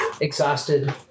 exhausted